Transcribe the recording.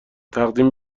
تقدیم